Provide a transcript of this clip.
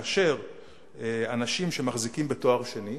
ואנשים שמחזיקים בתואר שני,